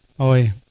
Oi